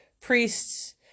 priests